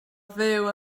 fyw